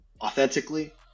authentically